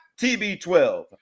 TB12